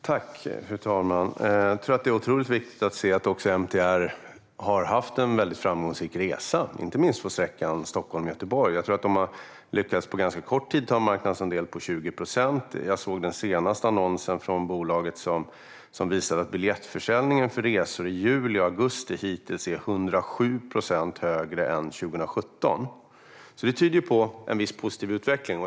Fru talman! Jag tror att det är otroligt viktigt att se att också MTR har haft en väldigt framgångsrik resa, inte minst när det gäller sträckan Stockholm-Göteborg. De har på ganska kort tid lyckats ta en marknadsandel på 20 procent. Den senaste annonsen för bolaget visar att försäljningen av biljetter för resor i juli och augusti hittills är 107 procent högre än vad den var 2017. Det tyder på en viss positiv utveckling.